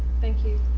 thank you.